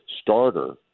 starter